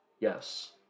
Yes